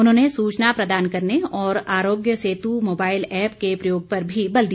उन्होंने सूचना प्रदान करने और आरोग्य सेतु मोबाइल ऐप के प्रयोग पर भी बल दिया